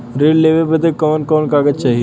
ऋण लेवे बदे कवन कवन कागज चाही?